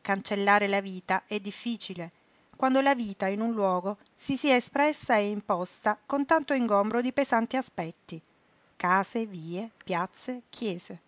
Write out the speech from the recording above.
cancellare la vita è difficile quando la vita in un luogo si sia espressa e imposta con tanto ingombro di pesanti aspetti case vie piazze chiese